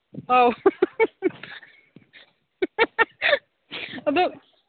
ꯑꯧ ꯑꯗꯨ